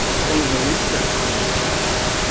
some of the research money has gone away,